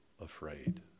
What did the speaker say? afraid